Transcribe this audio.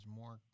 more